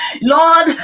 Lord